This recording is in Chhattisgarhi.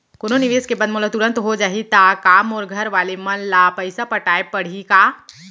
कोनो निवेश के बाद मोला तुरंत हो जाही ता का मोर घरवाले मन ला पइसा पटाय पड़ही का?